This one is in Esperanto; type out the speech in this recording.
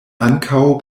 ankaŭ